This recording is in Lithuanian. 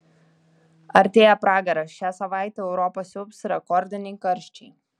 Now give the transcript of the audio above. artėja pragaras šią savaitę europą siaubs rekordiniai karščiai